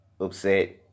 upset